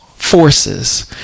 forces